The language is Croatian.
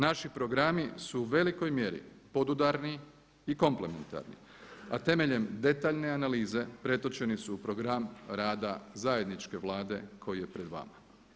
Naši programi su u velikoj mjeri podudarni i komplementarni a temeljem detaljne analize pretočeni su u program rada zajedničke Vlade koji je pred vama.